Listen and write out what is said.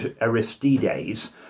Aristides